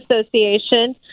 Association